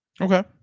Okay